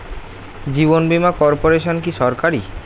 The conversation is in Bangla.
জীবন বীমা কর্পোরেশন কি সরকারি?